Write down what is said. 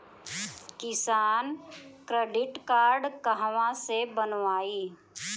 किसान credit card कहवा से बनवाई?